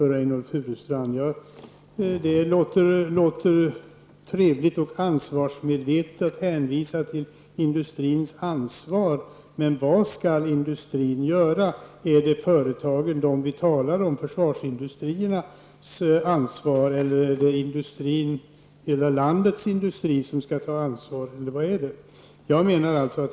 Det låter trevligt och ansvarsmedvetet att hänvisa till industrins ansvar. Vad skall då industrin göra? Är det de företag som vi talar om, försvarsindustrin, eller är det hela landets industri som skall ta ansvar?